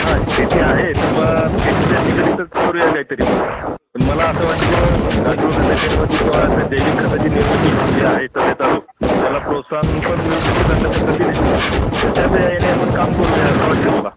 हां शेती आहे तर मग शेतीच्या निगडितच करूया काहीतरी म पण मला असं वाटते की बा गांडूळ खताची निर्मिती किंवा जैविक खताची निर्मिती जी आहे सध्या चालू त्याला प्रोत्साहन पण मिळू शकते चांगल्या पद्धतीने तर त्याच या याने आपण काम करूया असं वाटते मला